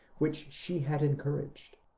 which she had encouraged.